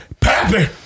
pappy